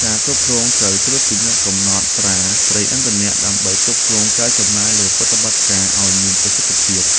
អ្នកគ្រប់គ្រងត្រូវត្រួតពិនិត្យកំណត់ត្រាប្រេងឥន្ធនៈ ដើម្បីគ្រប់គ្រងការចំណាយលើប្រតិបត្តិការឱ្យមានប្រសិទ្ធភាព។